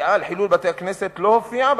הידיעה על חילול בתי-הכנסת לא הופיעה